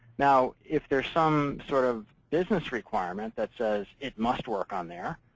now, if there's some sort of business requirement that says it must work on there,